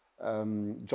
John